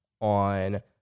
on